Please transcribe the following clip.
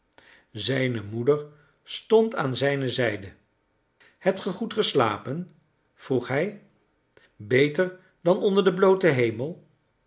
zijne moeder stond aan zijne zijde hebt ge goed geslapen vroeg hij beter dan onder den blooten hemel